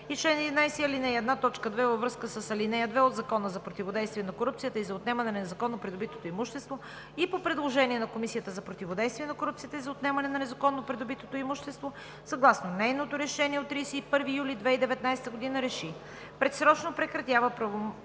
и чл. 11, ал. 1, т. 2 във връзка с ал. 2 от Закона за противодействие на корупцията и за отнемане на незаконно придобитото имущество и по предложение на Комисията за противодействие на корупцията и за отнемане на незаконно придобитото имущество, съгласно нейното решение от 31 юли 2019 г. РЕШИ: Предсрочно прекратява правоотношението